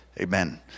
Amen